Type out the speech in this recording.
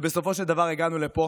ובסופו של דבר הגענו לפה